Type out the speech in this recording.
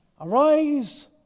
Arise